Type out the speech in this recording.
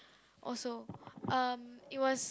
also um it was